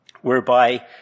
whereby